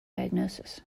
diagnosis